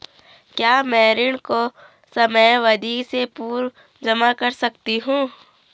क्या मैं ऋण को समयावधि से पूर्व जमा कर सकती हूँ?